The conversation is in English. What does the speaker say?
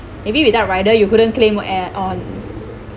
maybe without rider you couldn't claim add-on